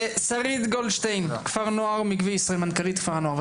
שרית גולדשטיין, מנכ"לית כפר הנוער מקווה ישראל.